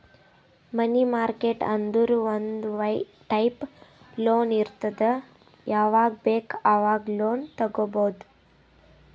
ಮನಿ market ಅಂದುರ್ ಒಂದ್ type loan ಇರ್ತುದ್ ಯಾವಾಗ್ ಬೇಕ್ ಆವಾಗ್ ಲೋನ್ ತಗೊಬೋದ್